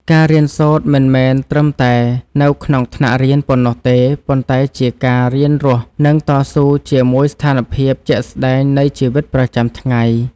ការរៀនសូត្រមិនមែនត្រឹមតែនៅក្នុងថ្នាក់រៀនប៉ុណ្ណោះទេ ប៉ុន្តែជាការរៀនរស់ និងតស៊ូជាមួយស្ថានភាពជាក់ស្តែងនៃជីវិតប្រចាំថ្ងៃ។